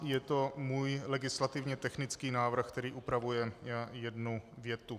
Je to můj legislativně technický návrh, který upravuje jednu větu.